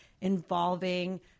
involving